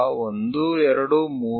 કદાચ 1234